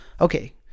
Okay